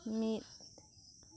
ᱢᱤᱫ